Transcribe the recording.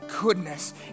Goodness